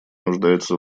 нуждается